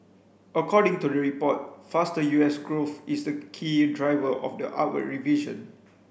according to the report faster U S growth is the key driver of the upward revision